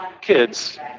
kids